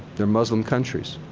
they're muslim countries.